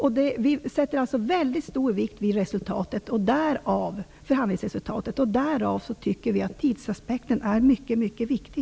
Vi lägger alltså väldigt stor vikt vid förhandlingsresultatet, och av den anledningen anser vi att tidsaspekten är mycket mycket viktig.